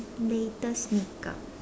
latest makeup